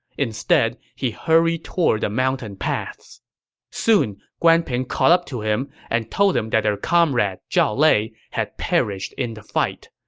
instead, he hurried toward the mountain paths soon, guan ping caught up to him and told him that their comrade zhao lei had perished in the fight.